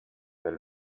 del